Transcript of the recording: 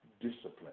discipline